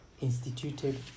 instituted